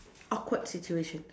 awkward situation